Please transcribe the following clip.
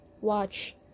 watch